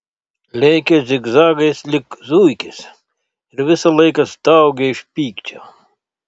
lėkė zigzagais lyg zuikis ir visą laiką staugė iš pykčio